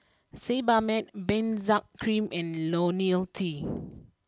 Sebamed Benzac cream and Lonil T